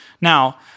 Now